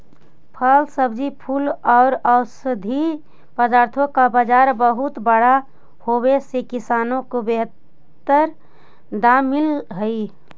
फल, सब्जी, फूल और औषधीय उत्पादों का बाजार बहुत बड़ा होवे से किसानों को बेहतर दाम मिल हई